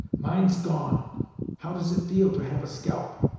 mine's gone how does it feel to have a scalp?